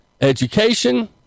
education